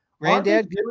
granddad